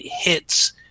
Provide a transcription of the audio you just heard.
hits